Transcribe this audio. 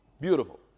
Beautiful